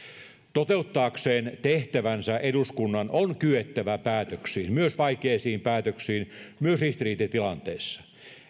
toteuttaakseen tehtävänsä eduskunnan on kyettävä päätöksiin myös vaikeisiin päätöksiin myös ristiriitatilanteissa